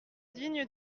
digne